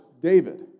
David